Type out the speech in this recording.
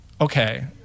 okay